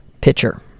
pitcher